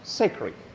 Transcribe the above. sacred